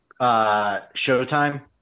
Showtime